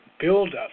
buildup